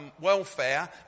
welfare